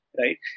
right